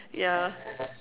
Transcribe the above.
yeah